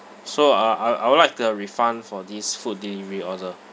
so I I I would like to have refund for this food delivery order